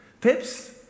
Pips